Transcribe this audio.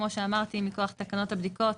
מכוח תקנות הבדיקות,